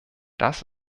das